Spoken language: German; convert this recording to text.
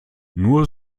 nur